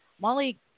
Molly